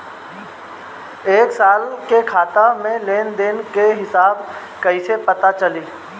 एक साल के खाता के लेन देन के हिसाब कइसे पता चली?